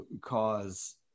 cause